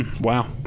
Wow